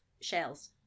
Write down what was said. shells